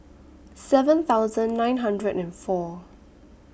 seven thousand nine hundred and four